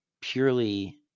purely